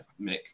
Mick